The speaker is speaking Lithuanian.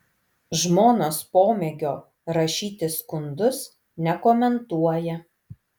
žmonos pomėgio rašyti skundus nekomentuoja